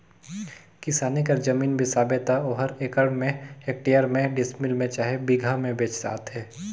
किसानी कर जमीन बेसाबे त ओहर एकड़ में, हेक्टेयर में, डिसमिल में चहे बीघा में बेंचाथे